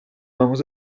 vamos